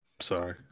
sorry